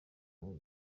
ngo